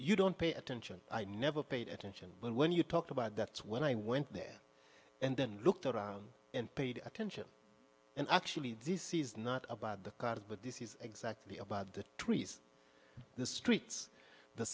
you don't pay attention i never paid attention when you talk about that's when i went there and then looked around and paid attention and actually this is not about the cars but this is exactly about the trees the streets the